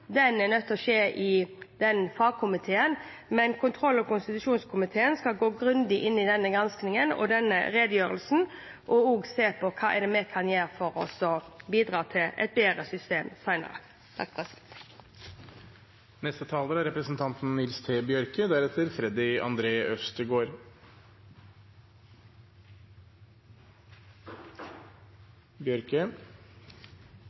nødt til å skje i fagkomiteen. Men kontroll- og konstitusjonskomiteen skal gå grundig inn i granskingen og denne redegjørelsen og se på hva vi kan gjøre for å bidra til et bedre system senere. Denne saka har synt oss ei forvaltning som ikkje er